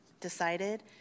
decided